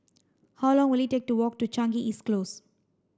how long will it take to walk to Changi East Close